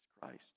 Christ